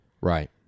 Right